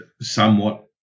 somewhat